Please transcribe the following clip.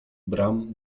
bram